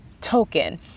token